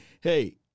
hey